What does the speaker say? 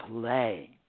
play